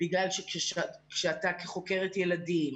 בגלל שכאשר את כחוקרת ילדים,